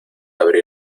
abrir